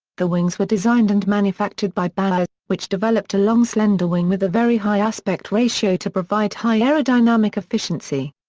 the wings were designed and manufactured by bae, but which developed a long slender wing with a very high aspect ratio to provide high aerodynamic efficiency.